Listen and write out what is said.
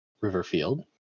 Riverfield